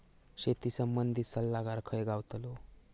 शेती संबंधित सल्लागार खय गावतलो?